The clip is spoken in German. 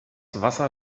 wasser